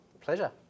pleasure